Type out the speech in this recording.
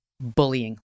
bullying